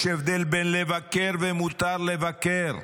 יש הבדל בין לבקר, ומותר לבקר,